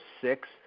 six